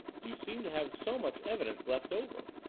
you seem to have so much evidence left over.